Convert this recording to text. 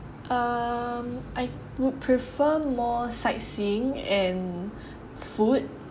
um I would prefer more sightseeing and food